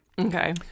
Okay